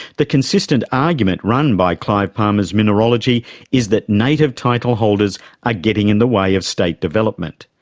the consistent argument run by clive palmer's mineralogy is that native title holders are getting in the way of state development.